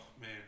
man